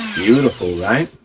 beautiful, right,